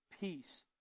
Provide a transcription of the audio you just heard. peace